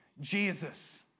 Jesus